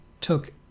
took